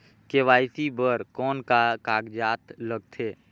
KYC बर कौन का कागजात लगथे?